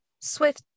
Swift